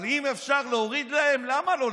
אבל אם אפשר להוריד להם, למה לא?